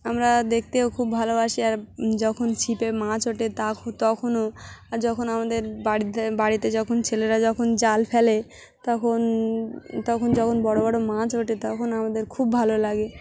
আমরা দেখতেও খুব ভালোবাসি আর যখন ছিপে মাছ ওঠে তা তখনও আর যখন আমাদের বাড়িতে বাড়িতে যখন ছেলেরা যখন জাল ফেলে তখন তখন যখন বড়ো বড়ো মাছ ওঠে তখন আমাদের খুব ভালো লাগে